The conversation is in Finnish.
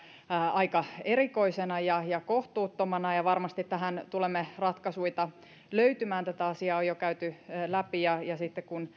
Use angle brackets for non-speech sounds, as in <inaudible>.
aika erikoisena ja ja kohtuuttomana ja varmasti tähän tulemme ratkaisuita löytämään tätä asiaa on jo käyty läpi ja ja sitten kun <unintelligible>